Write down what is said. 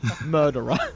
murderer